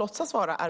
oseriösa arbetsgivare.